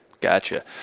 gotcha